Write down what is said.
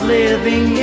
living